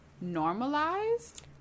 normalized